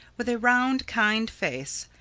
with a round kind face,